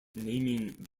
naming